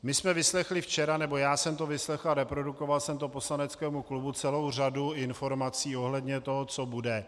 My jsme vyslechli včera, nebo já jsem to vyslechl a reprodukoval jsem to poslaneckému klubu, celou řadu informací ohledně toho, co bude.